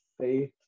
faith